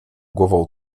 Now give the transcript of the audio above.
głową